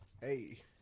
Hey